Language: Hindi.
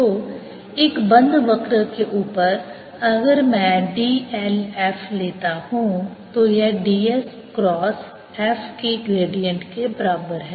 तो एक बंद वक्र के ऊपर अगर मैं d l f लेता हूं तो यह d s क्रास f के ग्रेडिएंट के बराबर है